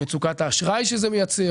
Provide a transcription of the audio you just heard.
מצוקת האשראי שזה מייצר,